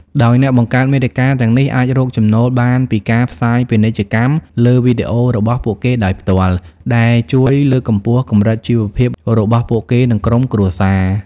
ដោយអ្នកបង្កើតមាតិកាទាំងនេះអាច រកចំណូលបានពីការផ្សាយពាណិជ្ជកម្មលើវីដេអូរបស់ពួកគេដោយផ្ទាល់ ដែលជួយលើកកម្ពស់កម្រិតជីវភាពរបស់ពួកគេ និងក្រុមគ្រួសារ។